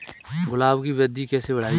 गुलाब की वृद्धि कैसे बढ़ाई जाए?